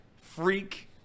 freak